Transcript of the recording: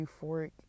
euphoric